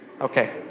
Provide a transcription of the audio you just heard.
Okay